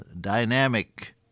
dynamic